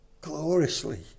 gloriously